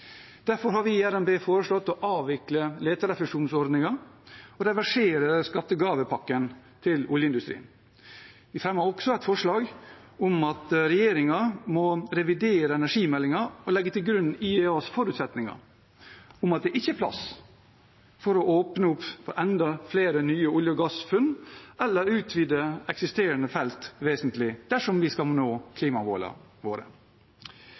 Derfor har vi i Miljøpartiet De Grønne foreslått å avvikle leterefusjonsordningen og reversere skattegavepakken til oljeindustrien. Vi fremmer også et forslag om at regjeringen må revidere energimeldingen og legge til grunn IEAs forutsetninger om at det ikke er plass for å åpne opp for enda flere nye olje- og gassfunn eller utvide eksisterende felt vesentlig dersom vi skal nå klimamålene våre.